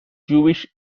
jewish